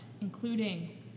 including